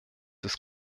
ist